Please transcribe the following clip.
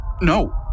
No